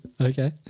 Okay